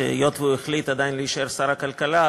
שהיות שהוא החליט להישאר עדיין שר הכלכלה,